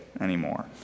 anymore